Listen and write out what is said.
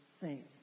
saints